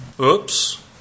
Oops